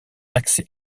accès